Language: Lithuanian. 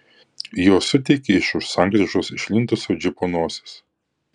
jos suteikė iš už sankryžos išlindusio džipo nosis